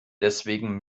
deswegen